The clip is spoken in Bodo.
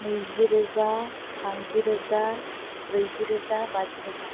नैजि रोजा थामजि रोजा ब्रैजि रोजा बाजि रोजा